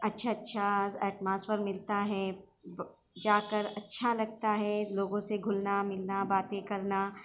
اچھا اچھا ایٹماسٹفئر ملتا ہے با جا کر اچھا لگتا ہے لوگوں سے گھلنا ملنا باتیں کرنا